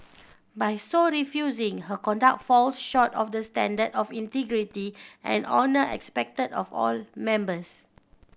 by so refusing her conduct falls short of the standard of integrity and honour expected of all members